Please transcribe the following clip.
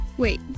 wait